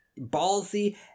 Ballsy